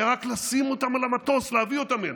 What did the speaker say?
היה רק לשים אותם על המטוס ולהביא אותם הנה.